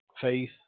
Faith